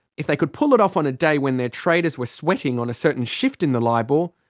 if they could pull it off on a day when their traders were sweating on a certain shift in the libor,